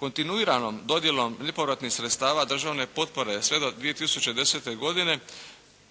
Kontinuirano dodjelom nepovratnih sredstava državne potpore sve do 2010. godine